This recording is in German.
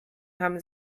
haben